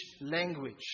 language